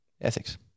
ethics